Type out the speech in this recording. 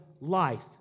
life